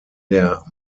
der